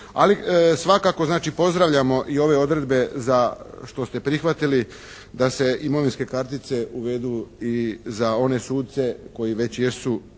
Ali svakako znači pozdravljamo i ove odredbe za, što ste prihvatili da se imovinske kartice uvedu i za one suce koji već jesu